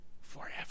forever